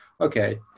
okay